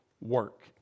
work